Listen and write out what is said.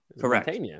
correct